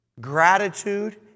gratitude